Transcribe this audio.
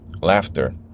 Laughter